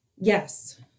yes